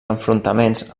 enfrontaments